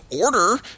Order